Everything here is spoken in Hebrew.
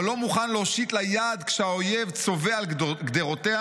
אבל לא מוכן להושיט לה יד כשהאויב צובא על גדרותיה,